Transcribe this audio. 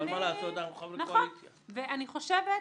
אבל אנחנו חברי קואליציה,